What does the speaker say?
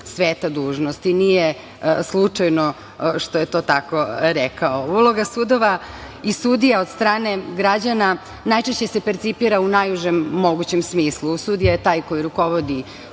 sveta dužnost i nije slučajno što je to tako rečeno. Uloga sudova i sudija od strane građana najčešće se percipira u najužem mogućem smislu. Sudija je taj koji rukovodi